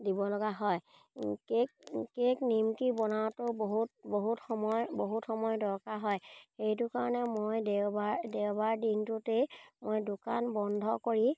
দিব লগা হয় কেক কেক নিমকি বনাওতেওঁ বহুত বহুত সময় বহুত সময় দৰকাৰ হয় সেইটো কাৰণে মই দেওবাৰ দেওবাৰ দিনটোতেই মই দোকান বন্ধ কৰি